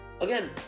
Again